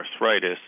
arthritis